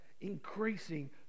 increasing